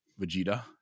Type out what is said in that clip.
Vegeta